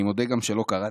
ואני גם מודה שלא קראתי,